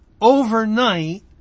overnight